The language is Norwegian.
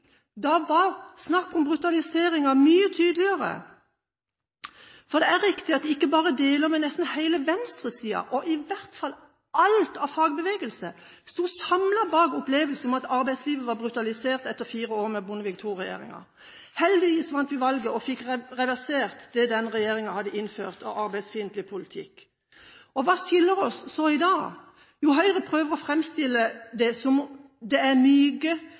Da var snakket om brutalisering mye tydeligere. For det er riktig at ikke bare deler av venstresiden, men nesten hele, og i hvert fall alt av fagbevegelse, sto samlet bak opplevelsen av at arbeidslivet var brutalisert etter fire år med Bondevik II-regjeringen. Heldigvis vant vi valget og fikk reversert det denne regjeringen hadde innført av arbeidsfiendtlig politikk. Hva skiller oss så i dag? Jo, Høyre prøver å framstille seg som det